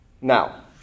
Now